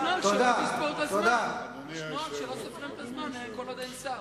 לשמור שלא סופרים את הזמן כל עוד אין שר.